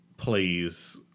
Please